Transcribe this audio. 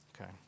Okay